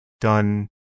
done